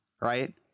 right